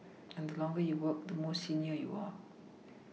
and the longer you work the more senior you are